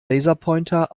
laserpointer